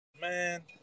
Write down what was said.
man